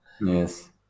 Yes